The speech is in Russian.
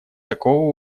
такого